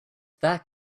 that